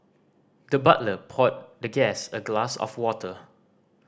the butler poured the guest a glass of water